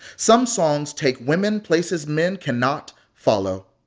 some songs take women places men cannot follow.